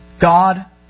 God